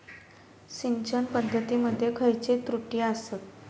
सिंचन पद्धती मध्ये खयचे त्रुटी आसत?